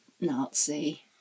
Nazi